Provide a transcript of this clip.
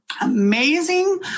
amazing